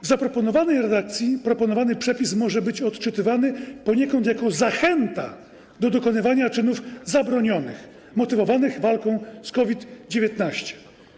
W zaproponowanej redakcji proponowany przepis może być odczytywany poniekąd jako zachęta do dokonywania czynów zabronionych 'motywowanych' walką z COVID-19”